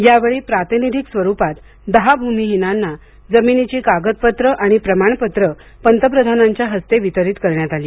यावेळी प्रातिनिधिक स्वरुपात दहा भूमिहीनांना जमिनीची कागदपत्रे आणि प्रमाणपत्रे पंतप्रधानांच्या हस्ते वितरीत करण्यात आली